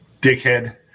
dickhead